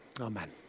Amen